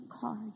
card